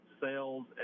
sales